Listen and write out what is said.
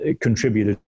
contributed